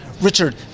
Richard